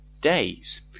days